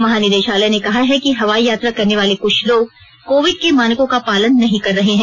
महानिदेशालय ने कहा है कि हवाई यात्रा करने वाले क्छ लोग कोविड के मानकों का पालन नहीं कर रहे हैं